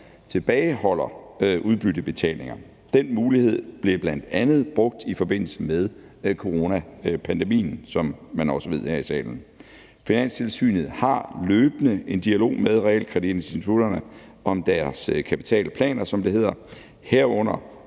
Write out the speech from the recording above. tilbageholder udbyttebetalinger. Den mulighed blev bl.a. brugt i forbindelse med coronapandemien, som man også ved her i salen. Finanstilsynet har løbende en dialog med realkreditinstitutterne om deres kapitale planer, som det hedder, herunder